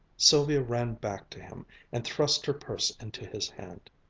sylvia ran back to him and thrust her purse into his hand.